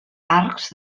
arcs